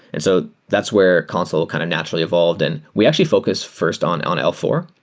and so that's where consul kind of naturally evolved. and we actually focus first on on l four.